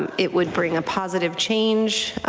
um it would bring a positive change.